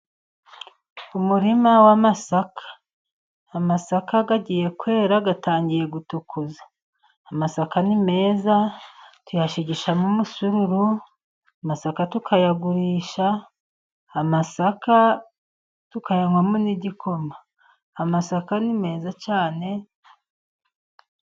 Umurima w'amasaka, amasaka agiye kwera atangiye gutukura. Amasaka ni meza tuyashigishamo umusururu, amasaka tukayagurisha. Amasaka tukayanywamo n'igikoma. Amasaka nimeza cyane.